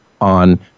on